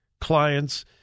clients